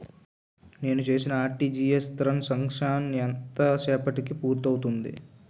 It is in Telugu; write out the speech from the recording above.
నేను చేసిన ఆర్.టి.జి.ఎస్ త్రణ్ సాంక్షన్ ఎంత సేపటికి పూర్తి అవుతుంది?